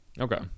okay